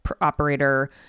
operator